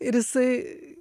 ir jisai